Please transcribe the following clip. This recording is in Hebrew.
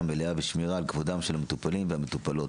ושמירה על כבודם של המטופלים והמטופלות.